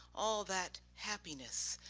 all that happiness,